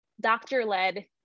doctor-led